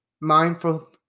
mindful